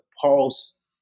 pulse